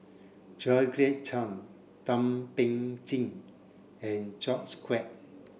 Georgette Chen Thum Ping Tjin and George Quek